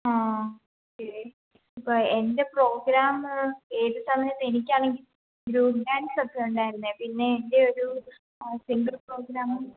ആ ഇപ്പോൾ എൻ്റെ പ്രോഗ്രാമ് ഏത് സമയത്ത് എനിക്ക് ആണെങ്കിൽ ഗ്രൂപ്പ് ഡാൻസ് ഒക്കെ ഉണ്ടായിരുന്നെ പിന്നെ എൻ്റെ ഒരു സിംഗിൾ പ്രോഗ്രാമും